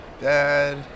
Dad